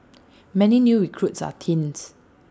many new recruits are teens